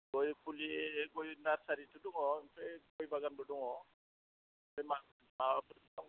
गय फुलि गय नार्सारिथ' दङ ओमफ्राय गय बागानबो दङ दा माबाफोर नांगौमोन नामा